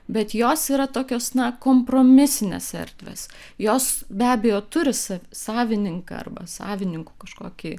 bet jos yra tokios na kompromisinės erdvės jos be abejo turi sav savininką arba savininkų kažkokį